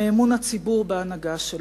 מאמון הציבור בהנהגה שלו.